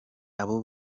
aba